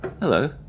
hello